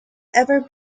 ever